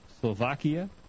Slovakia